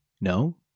no